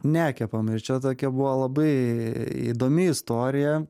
nekepam ir čia tokia buvo labai įdomi istorija